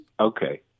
okay